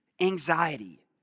anxiety